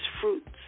fruits